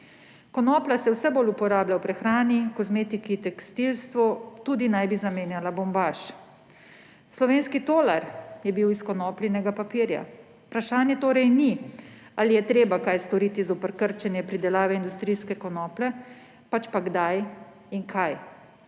Konoplja se vse bolj uporablja v prehrani, kozmetiki, tekstilstvu, zamenjala naj bi tudi bombaž. Slovenski tolar je bil iz konopljinega papirja. Vprašanje torej ni, ali je treba kaj storiti zoper krčenje pridelave industrijske konoplje, pač pa kdaj in kaj,